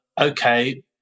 Okay